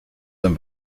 dann